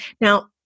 Now